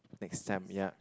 next time ya